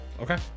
Okay